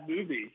movie